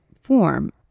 form